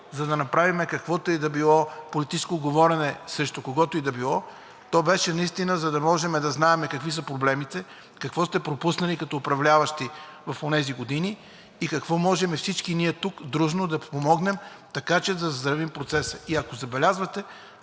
за да направим каквото и да било политическо говорене срещу когото и да било, то беше наистина, за да можем да знаем какви са проблемите, какво сте пропуснали като управляващи в онези години и какво можем всички ние тук дружно да помогнем, така че да заздравим процеса. И ако забелязвате,